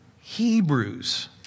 Hebrews